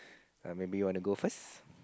err maybe you want to go first